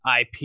IP